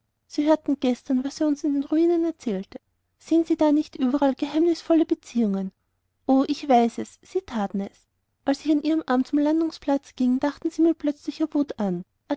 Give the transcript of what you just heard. sie hörten gestern was er uns in den ruinen erzählte sehen sie da nicht überall geheimnisvolle beziehungen o ich weiß sie taten es als ich an ihrem arm zum landungsplatz ging dachten sie mit plötzlicher wut an